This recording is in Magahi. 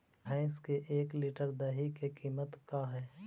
भैंस के एक लीटर दही के कीमत का है?